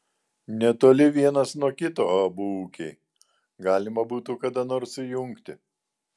netoli vienas nuo kito abu ūkiai galima būtų kada nors sujungti